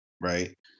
Right